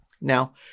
Now